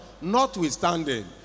notwithstanding